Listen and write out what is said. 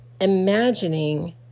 imagining